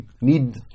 need